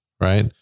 Right